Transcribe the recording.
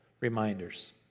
reminders